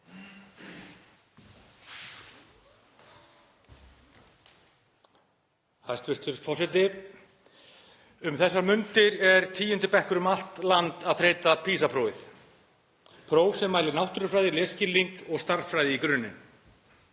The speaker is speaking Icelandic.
Hæstv. forseti. Um þessar mundir er 10. bekkur um allt land að þreyta PISA-prófið, próf sem mælir náttúrufræði, lesskilning og stærðfræði í grunninn.